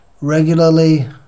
regularly